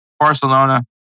Barcelona